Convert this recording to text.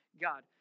God